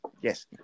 yes